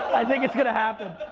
i think it's gonna happen.